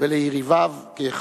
וליריביו כאחד.